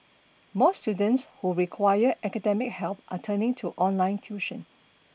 more students who require academic help are turning to online tuition